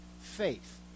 faith